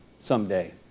someday